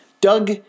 Doug